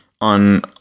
On